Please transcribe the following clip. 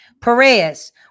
Piraeus